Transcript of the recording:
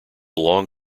long